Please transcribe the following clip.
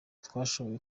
twashoboye